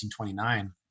1929